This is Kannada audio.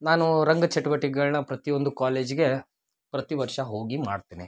ನಾನು ರಂಗ ಚಟುವಟಿಕೆಗಳನ್ನ ಪ್ರತಿಯೊಂದು ಕಾಲೇಜ್ಗೆ ಪ್ರತಿ ವರ್ಷ ಹೋಗಿ ಮಾಡ್ತೇನೆ